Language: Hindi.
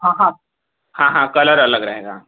हाँ हाँ हाँ हाँ कलर अलग रहेगा